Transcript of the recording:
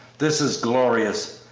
this is glorious!